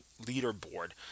leaderboard